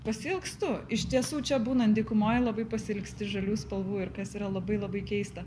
pasiilgstu iš tiesų čia būnant dykumoj labai pasiilgsti žalių spalvų ir kas yra labai labai keista